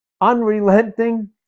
unrelenting